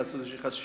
לעשות איזו חשיבה,